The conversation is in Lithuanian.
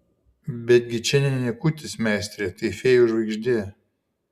betgi čia ne niekutis meistre tai fėjų žvaigždė